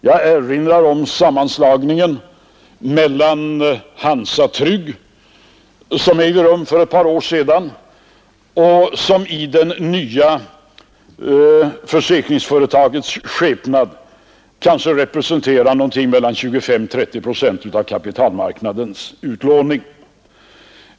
Jag erinrar om sammanslagningen mellan Hansa och Trygg som ägde rum för ett par år sedan och som i det nya försäkringsföretagets skepnad kanske representerar något mellan 25 och 30 procent av kapitalmarknadens utlåning.